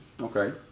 Okay